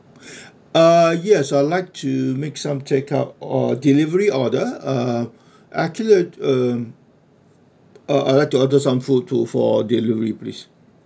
uh yes uh I'd like to make some take out or delivery order uh actually uh uh I'd like to order some food to for delivery please